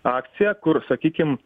akcija kur sakykim